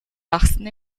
wachsen